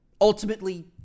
Ultimately